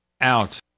out